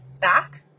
back